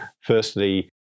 firstly